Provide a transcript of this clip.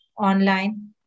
online